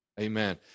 amen